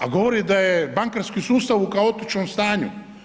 A govori da je bankarski sustav u kaotičnom stanju.